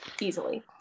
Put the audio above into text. Easily